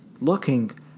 looking